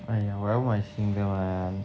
!aiya! 我要买新的吗